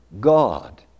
God